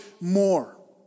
more